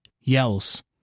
Yells